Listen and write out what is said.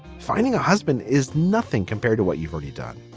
finding a husband is nothing compared to what you've already done.